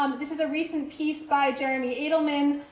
um this is a recent piece by jeremy adelman,